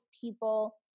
people